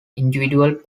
individuals